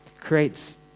creates